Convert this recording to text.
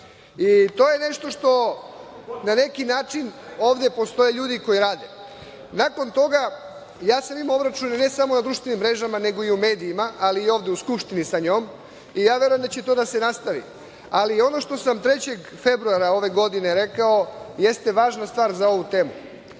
To je nešto što na neki način… Ovde postoje ljudi koji rade. Nakon toga ja sam imao obračune ne samo na društvenim mrežama, nego i u medijima, ali i ovde u Skupštini sa njom. Ja verujem da će to da se nastavi. Ono što sam 3. februara ove godine rekao jeste važna stvar za ovu temu.